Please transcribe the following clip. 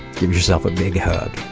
give yourself a big hug.